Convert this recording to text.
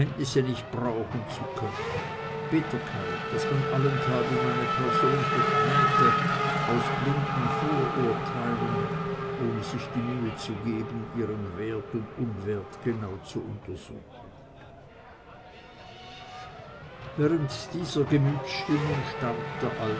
kenntnisse nicht brauchen zu können bitterkeit dass man allenthalben meine person verschmähte aus blinden vorurteilen ohne sich die mühe zu geben ihren wert und unwert genauer zu untersuchen während dieser gemütsstimmung starb der